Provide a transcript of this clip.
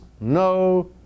no